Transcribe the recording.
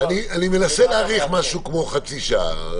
זה תלוי --- אני מנסה להעריך משהו כמו חצי שעה,